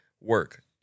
work